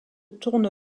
tourne